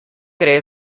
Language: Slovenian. gre